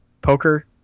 poker